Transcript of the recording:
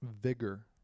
vigor